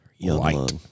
Light